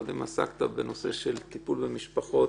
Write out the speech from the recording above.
קודם עסקת בנושא של טיפול במשפחות,